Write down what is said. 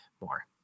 more